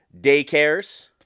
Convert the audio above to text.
daycares